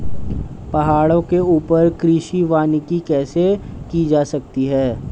पहाड़ों के ऊपर कृषि वानिकी कैसे की जा सकती है